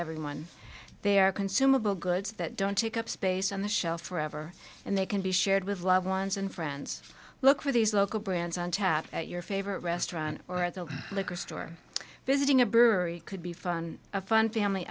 everyone there consumable goods that don't take up space on the shelf forever and they can be shared with loved ones and friends look for these local brands on tap at your favorite restaurant or at the liquor store visiting a brewery could be fun a fun family